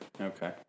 Okay